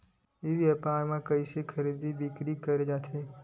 ई व्यापार म कइसे खरीदी बिक्री करे जाथे?